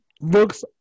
looks